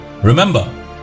Remember